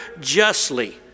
justly